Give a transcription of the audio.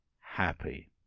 happy